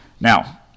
Now